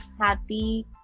happy